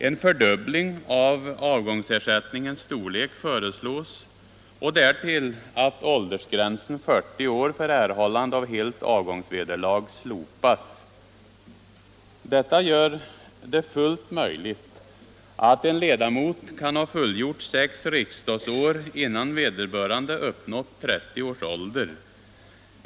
En fördubbling av avgångsersättningens storlek föreslås och därtill att åldersgränsen 40 år för erhållande av helt avgångsvederlag slopas. Detta gör det fullt möjligt att en ledamot kan ha fullgjort sex riksdagsår innan vederbörande har uppnått 30 års ålder.